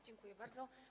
Dziękuję bardzo.